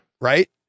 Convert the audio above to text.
Right